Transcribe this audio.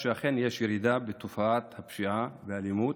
שאכן יש ירידה בתופעת הפשיעה והאלימות,